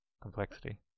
Complexity